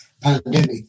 pandemic